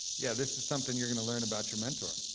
yeah, this is something you're gonna learn about your mentor.